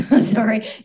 Sorry